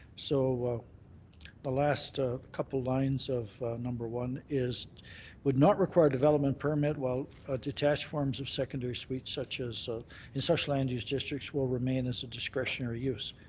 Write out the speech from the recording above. so the last ah couple lines of number one is would not require development permit while ah detached forms of secondary suites such as in such land use districts will remain as a discretionary use.